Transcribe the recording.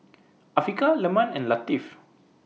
Afiqah Leman and Latif